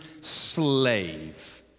slave